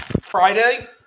Friday